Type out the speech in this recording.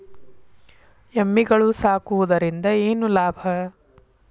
ಎಮ್ಮಿಗಳು ಸಾಕುವುದರಿಂದ ಏನು ಲಾಭ?